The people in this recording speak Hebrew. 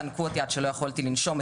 חנקו אותי עד שלא יכולתי לנשום,